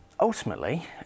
Ultimately